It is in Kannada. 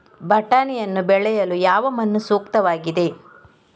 ಬಟಾಣಿಯನ್ನು ಬೆಳೆಯಲು ಯಾವ ಮಣ್ಣು ಸೂಕ್ತವಾಗಿದೆ?